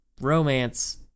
romance